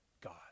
God